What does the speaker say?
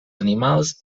animals